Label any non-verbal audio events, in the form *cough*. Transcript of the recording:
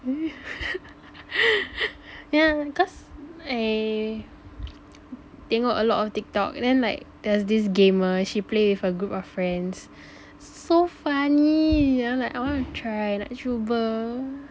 *laughs* ya because they tengok a lot of TikTok and then like there's this gamer she played with a group of friends so funny I like I want to try nak cuba